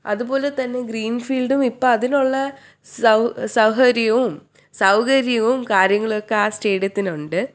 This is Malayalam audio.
അതുപോലെത്തന്നെ ഗ്രീൻഫീൽഡും ഇപ്പം അതിനുള്ള സൗഹര്യവും സൗകര്യവും കാര്യങ്ങളൊക്കെ ആ സ്റ്റേഡിയത്തിനുണ്ട്